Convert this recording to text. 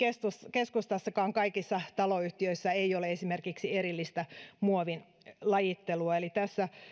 keskustassakaan kaikissa taloyhtiöissä ei ole esimerkiksi erillistä muovinlajittelua eli tässä